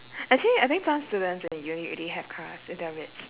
actually I think students at uni already have cars if they're rich